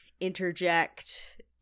interject